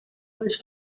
was